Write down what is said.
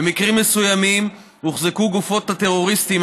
במקרים מסוימים הוחזקו גופות הטרוריסטים,